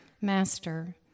Master